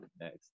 next